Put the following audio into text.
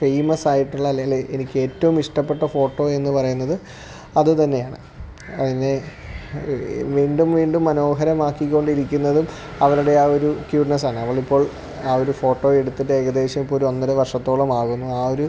ഫേമസായിട്ടുള്ള അല്ലേല് എനിക്കേറ്റവും ഇഷ്ടപ്പെട്ട ഫോട്ടോ എന്ന് പറയുന്നത് അത് തന്നെയാണ് അതിന് വീണ്ടും വീണ്ടും മനോഹരമാക്കിക്കൊണ്ടിരിക്കുന്നതും അവളുടെ ആ ഒരു ക്യൂട്ട്നെസാണവളിപ്പോൾ ആ ഒരു ഫോട്ടോ എടുത്തിട്ട് ഏകദേശം ഇപ്പോൾ ഒരൊന്നര വർഷത്തോളമാകുന്നു ആ ഒരു